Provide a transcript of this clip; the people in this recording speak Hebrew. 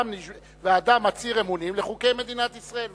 והאדם מצהיר אמונים לחוקי מדינת ישראל,